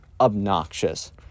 obnoxious